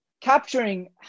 capturing